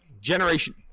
Generation